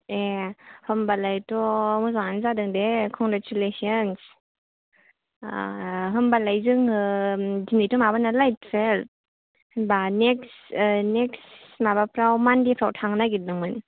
ए होनबालायथ' मोजांयानो जादों दे खंग्रेथुलेसन होनबालाय जोङो दिनै थ' माबा नालाय थुइयेलब नेकस्ट नेकस्ट मानदेफ्राव थांनो नागिरदोंमोन